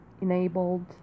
enabled